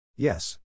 yes